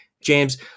James